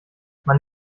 man